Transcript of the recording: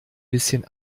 bisschen